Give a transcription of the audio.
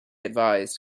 advised